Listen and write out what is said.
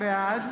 בעד